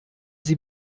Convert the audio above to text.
sie